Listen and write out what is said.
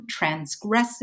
transgressive